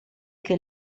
che